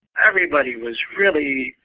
everybody was really,